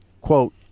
quote